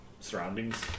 surroundings